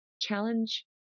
challenge